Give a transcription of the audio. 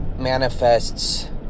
manifests